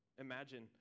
Imagine